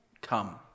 come